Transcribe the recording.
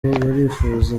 barifuza